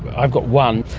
i've got one.